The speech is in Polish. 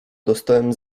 dostałem